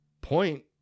point